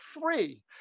three